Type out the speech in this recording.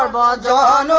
um da da